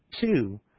Two